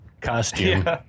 costume